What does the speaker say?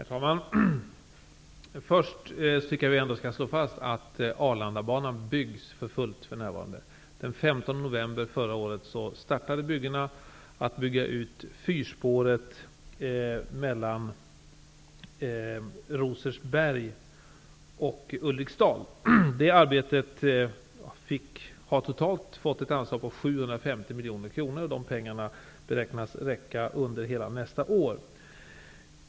Herr talman! Först tycker jag ändå att vi skall slå fast att Arlandabanan för närvarande byggs för fullt. Den 15 november förra året startade bygget med att bygga ut fyrspåret mellan Rosersberg och Ulriksdal. Det arbetet har fått ett anslag på totalt 750 miljoner kronor. Dessa pengar beräknas räcka under hela nästa år.